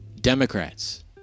Democrats